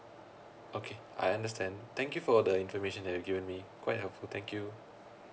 okay I understand thank you for the information that you've given me quite helpful thank you